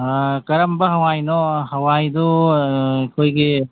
ꯑꯥ ꯀꯔꯝꯕ ꯍꯋꯥꯏꯅꯣ ꯍꯋꯥꯏꯗꯨ ꯑꯩꯈꯣꯏꯒꯤ